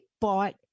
bought